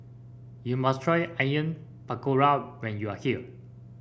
you must try Onion Pakora when you are here